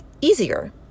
easier